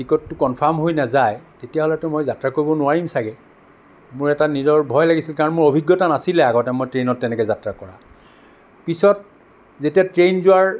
টিকটটো কনফাৰ্ম হৈ নাযায় তেতিয়া হ'লেতো মই যাত্ৰা কৰিব নোৱাৰিম চাগে মোৰ এটা নিজৰ ভয় লাগিছিল কাৰণ মোৰ অভিজ্ঞতা নাছিলে আগতে মোৰ ট্ৰেইনত তেনেকে যাত্ৰা কৰা পিছত যেতিয়া ট্ৰেইন যোৱাৰ